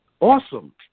Awesome